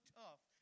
tough